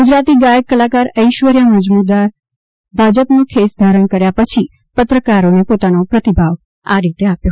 ગુજરાતી ગાયક કલાકાર ઐશ્વર્યા મઝમુદાર ભાજપનો ખેસ ધારણ કર્યા પછી પત્રકારોને પોતાનો પ્રતિભાવ આ રીતે આપ્યો